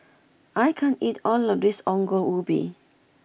I can't eat all of this Ongol Ubi